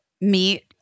meet